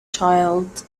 child